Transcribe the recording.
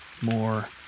more